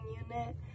unit